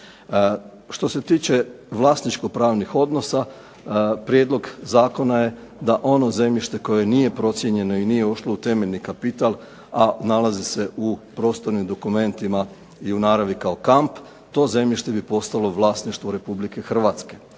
Što se tiče vlasničkopravnih odnosa, prijedlog zakona je da ono zemljište koje nije procijenjeno i nije ušlo u temeljni kapital, a nalazi se u prostornim dokumentima i u naravi kao kamp, to zemljište bi postalo vlasništvo Republike Hrvatske.